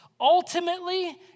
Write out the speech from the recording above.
ultimately